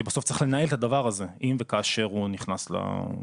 בסוף צריך לנהל את הדבר הזה אם וכאשר הוא נכנס לעבודה,